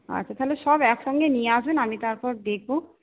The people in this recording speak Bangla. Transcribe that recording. আচ্ছা তাহলে সব একসঙ্গে নিয়ে আসবেন আমি তারপর দেখব